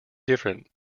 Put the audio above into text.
different